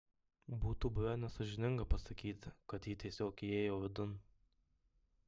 būtų buvę nesąžininga pasakyti kad ji tiesiog įėjo vidun